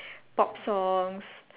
pop songs